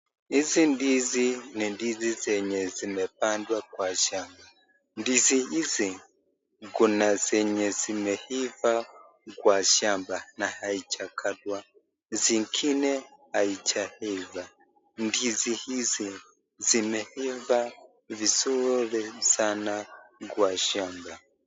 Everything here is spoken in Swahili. Hizi ndizi, ni ndizi zenye zimepandwa kwa shamba, ndizi hizi, kuna zenye zimeiva kwa shamba na haijakatwa, zingine haijaiva, ndizi hizi zimeiva vizuri sana kwa shamba.